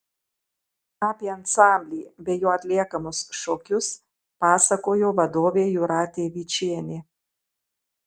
apie ansamblį bei jo atliekamus šokius pasakojo vadovė jūratė vyčienė